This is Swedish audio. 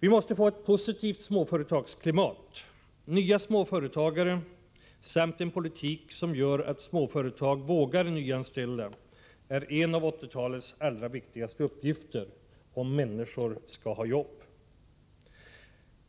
Vi måste få ett positivt småföretagsklimat. Tillkomsten av nya småföretagare och en politik som gör att småföretag vågar nyanställa, är ett par av 1980-talets allra viktigaste uppgifter om människor skall ha jobb.